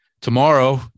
Tomorrow